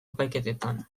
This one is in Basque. epaiketetan